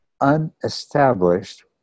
unestablished